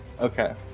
Okay